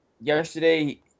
yesterday